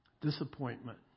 Disappointment